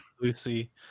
Lucy